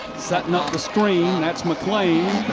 setting up the screen. that's mcclain.